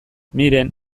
miren